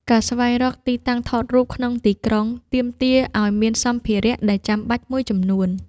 ការស្វែងរកទីតាំងថតរូបក្នុងទីក្រុង ទាមទារឲ្យមានសម្ភារៈដែលចាំបាច់មួយចំនួន។